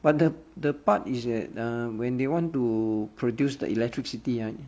but the the part is that err when they want to produce the electricity uh